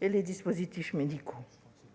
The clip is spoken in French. et les dispositifs médicaux.